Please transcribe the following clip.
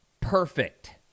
perfect